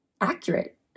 accurate